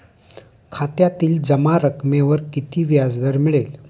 खात्यातील जमा रकमेवर किती व्याजदर मिळेल?